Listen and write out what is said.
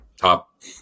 top –